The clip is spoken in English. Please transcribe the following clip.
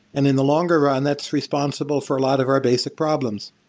and in the longer run, that's responsible for a lot of our basic problems.